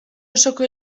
osoko